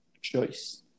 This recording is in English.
choice